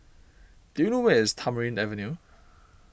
do you know where is Tamarind Avenue